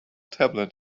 tablet